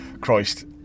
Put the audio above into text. Christ